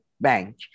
bank